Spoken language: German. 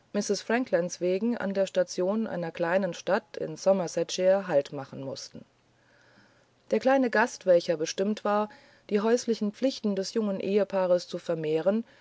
franklands wegen an der station einer kleinen stadt in somersetshire halt machen mußten der kleine gast welcher bestimmt war die häuslichen pflichten des jungen ehepaareszuvermehren